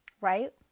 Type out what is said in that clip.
right